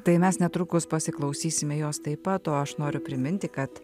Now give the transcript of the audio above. tai mes netrukus pasiklausysime jos taip pat o aš noriu priminti kad